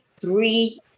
three